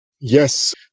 Yes